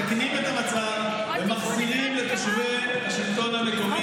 מתקנים את המצב ומחזירים לתושבי השלטון המקומי